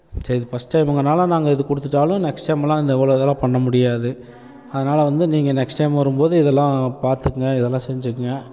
சரி இது ஃபஸ்ட் டைம்ங்கிறதுனால் நாங்கள் இது கொடுத்துட்டாலும் நெக்ஸ்ட் டைமெலாம் இந்த இவ்வளோ இதெல்லாம் பண்ண முடியாது அதனால் வந்து நீங்கள் நெக்ஸ்ட் டைம் வரும்போது இதெல்லாம் பார்த்துக்குங்க இதெல்லாம் செஞ்சுக்கிங்க